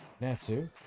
Natsu